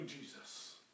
Jesus